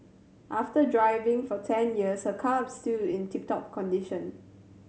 after driving for ten years her car is still in tip top condition